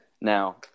now